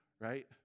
right